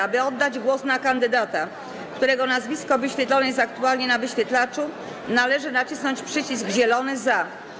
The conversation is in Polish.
Aby oddać głos na kandydata, którego nazwisko wyświetlone jest aktualnie na wyświetlaczu, należy nacisnąć przycisk zielony „za”